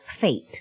fate